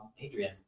Adrian